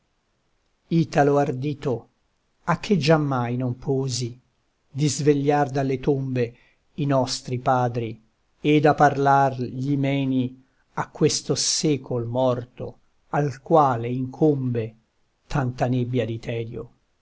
italo ardito a che giammai non posi di svegliar dalle tombe i nostri padri ed a parlar gli meni a questo secol morto al quale incombe tanta nebbia